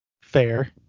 Fair